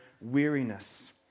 weariness